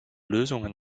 lösungen